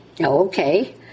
Okay